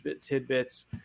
tidbits